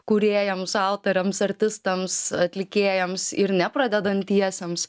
kūrėjams autoriams artistams atlikėjams ir ne pradedantiesiems